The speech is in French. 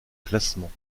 classement